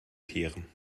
kehren